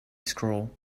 scroll